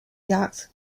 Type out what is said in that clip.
jacques